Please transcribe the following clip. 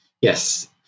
Yes